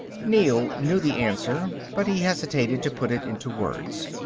neel knew the answer, but he hesitated to put it into words.